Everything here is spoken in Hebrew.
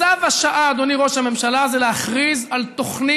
צו השעה, אדוני ראש הממשלה, זה להכריז על תוכנית